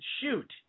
shoot